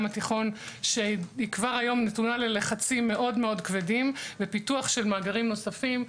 התיכון שכבר היום נתונה ללחצים מאוד כבדים ופיתוח מאגרים נוספים.